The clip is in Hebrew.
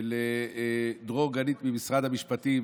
לדרור גרנית ממשרד המשפטים,